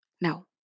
no